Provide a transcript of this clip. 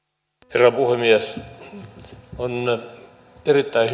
herra puhemies on erittäin